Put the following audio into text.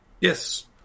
Yes